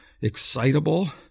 excitable